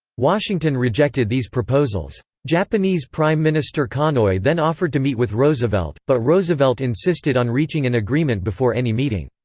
washington rejected these proposals. japanese prime minister konoye then offered to meet with roosevelt, but roosevelt insisted on reaching an agreement before any meeting.